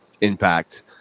impact